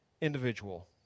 individual